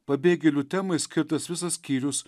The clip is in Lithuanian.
pabėgėlių temai skirtas visas skyrius